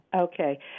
Okay